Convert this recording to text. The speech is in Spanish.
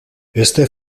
este